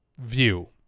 view